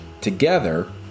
together